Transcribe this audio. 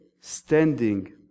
standing